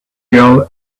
girl